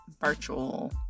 virtual